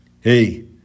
Hey